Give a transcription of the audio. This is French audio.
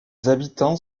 habitants